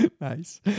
Nice